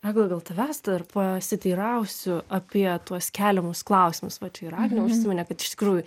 egla gal tavęs dar pasiteirausiu apie tuos keliamus klausimus vat ir agnė užsiminė kad iš tikrųjų